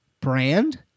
brand